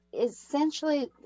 Essentially